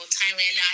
Thailand